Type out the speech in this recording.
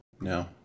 No